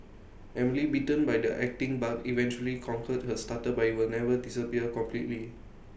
Emily bitten by the acting bug eventually conquered her stutter but IT will never disappear completely